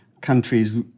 countries